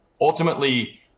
ultimately